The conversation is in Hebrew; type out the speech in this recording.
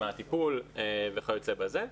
מה הטיפול וכיוצא בזה.